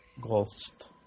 Ghost